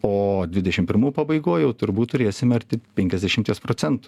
o dvidešim pirmų pabaigoj jau turbūt turėsime arti penkiasdešimties procentų